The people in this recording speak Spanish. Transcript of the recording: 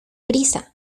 prisa